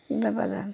সিদ্ধ বাদাম